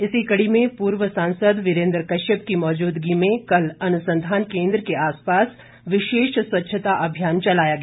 इसी कड़ी में पूर्व सांसद वीरेन्द्र कश्यप की मौजूदगी में कल अनुसंधान केन्द्र के आसपास विशेष स्वच्छता अभियान चलाया गया